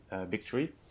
victory